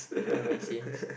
all of my sins